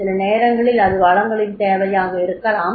சில நேரங்களில் அது வளங்களின் தேவையாக இருக்கலாம்